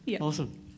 awesome